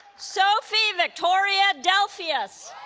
sophie victoria delfeus